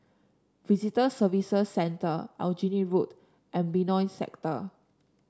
Visitor Services Center Aljunied Road and Benoi Sector